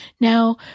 Now